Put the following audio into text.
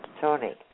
Tony